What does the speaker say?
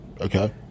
Okay